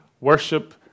worship